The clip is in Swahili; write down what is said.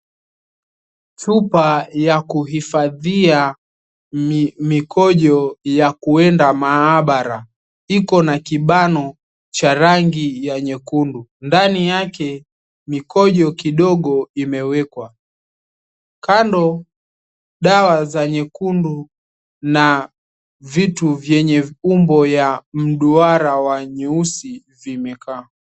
Chupa ya kuhifadhia mikojo ya kuenda mahabara ikona kibano cha rangi nyekundu ndani yake mikojo kidogo imewekwa. Kando dawa za nyekundu na vitu vyenye umbo la duara wa nyeusi vimekaa.